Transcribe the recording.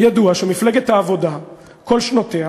שמפלגת העבודה בכל שנותיה